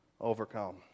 overcome